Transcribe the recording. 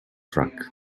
track